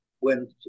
went